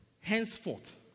henceforth